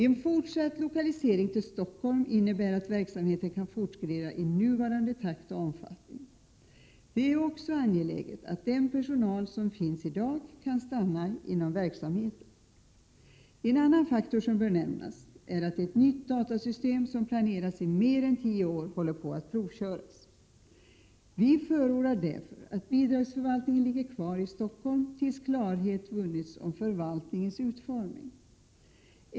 En fortsatt lokalisering till Stockholm innebär att verksamheten kan fortskrida i nuvarande takt och omfattning. Det är också angeläget att den personal som finns i dag kan stanna inom verksamheten. En annan faktor som bör nämnas är att ett nytt datasystem, som planerats i mer än tio år, håller på att provköras. Vi förordar därför att bidragsförvaltningen ligger kvar i Stockholm tills klarhet vunnits om förvaltningens utformning.